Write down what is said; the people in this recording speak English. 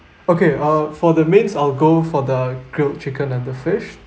okay uh for the mains I'll go for the grilled chicken and the fish